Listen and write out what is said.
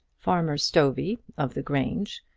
farmer stovey, of the grange,